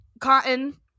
Cotton